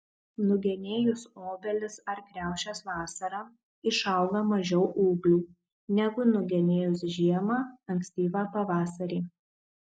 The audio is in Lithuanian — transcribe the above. nugenėjus obelis ar kriaušes vasarą išauga mažiau ūglių negu nugenėjus žiemą ankstyvą pavasarį